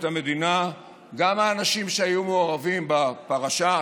המדינה גם האנשים שהיו מעורבים בפרשה,